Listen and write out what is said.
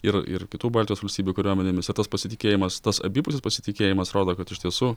ir ir kitų baltijos valstybių kariuomenėmis ir tas pasitikėjimas tas abipusis pasitikėjimas rodo kad iš tiesų